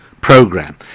program